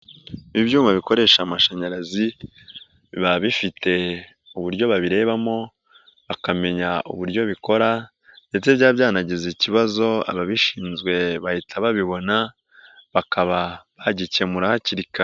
Ibyuma bikoresha amashanyarazi, biba bifite uburyo babirebamo, akamenya uburyo bikora, ndetse byaba byanagize ikibazo, ababishinzwe bahita babibona, bakaba bagikemura hakiri kare.